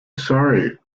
sorry